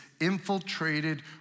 infiltrated